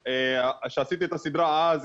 שעשית את הסדרה אז,